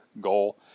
goal